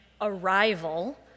arrival